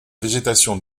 végétation